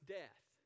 death